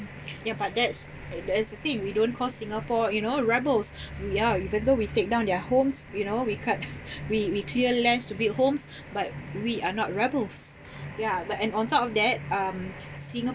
ya but that's that is the thing we don't call singapore you know rebels ya even though we take down their homes you know we cut we we clear lands to build homes but we are not rebels ya but and on top of that um singapore